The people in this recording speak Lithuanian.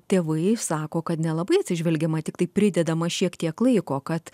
tėvai sako kad nelabai atsižvelgiama tiktai pridedama šiek tiek laiko kad